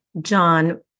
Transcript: John